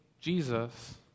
Jesus